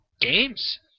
games